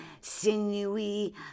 sinewy